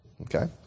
okay